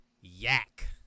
yak